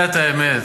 אתה יודע את האמת.